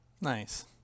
Nice